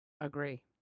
Agree